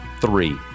Three